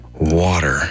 water